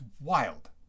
wild